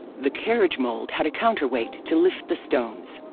the carriage mold had a counterweight to lift the stones.